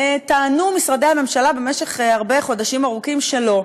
טענו משרדי הממשלה במשך חודשים ארוכים שלא.